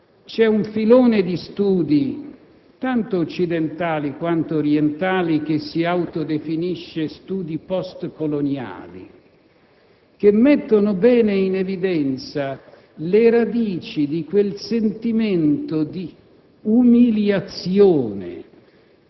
In chi vive fuori del cosiddetto Occidente vi è ancora l'immagine dell'Occidente che è stato, non di quello che noi giustamente pensiamo di essere.